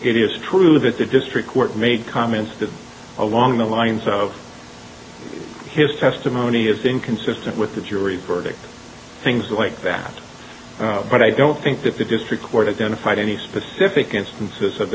it is true that the district court made comments that along the lines of his testimony is inconsistent with the jury verdict things like that but i don't think that the district court is going to fight any specific